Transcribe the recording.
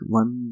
one